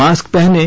mask पहनें